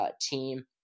team